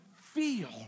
feel